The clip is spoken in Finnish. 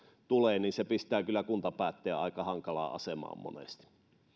tulee pistävät kyllä kuntapäättäjän aika hankalaan asemaan monesti